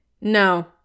No